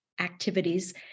activities